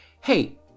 hey